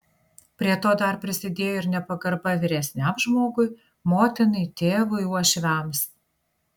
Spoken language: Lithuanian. prie to dar prisidėjo ir nepagarba vyresniam žmogui motinai tėvui uošviams